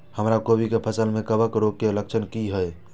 हमर कोबी के फसल में कवक रोग के लक्षण की हय?